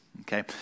Okay